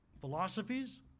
philosophies